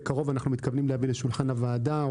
בקרוב אנחנו מתכוונים להביא לשולחן הוועדה,